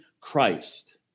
Christ